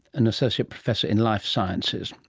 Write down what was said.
an associate professor in life sciences.